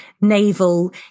naval